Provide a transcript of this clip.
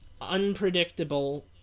unpredictable